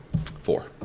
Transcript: Four